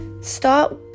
Start